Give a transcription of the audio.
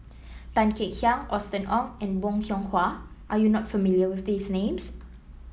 Tan Kek Hiang Austen Ong and Bong Hiong Hwa are you not familiar with these names